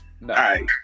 right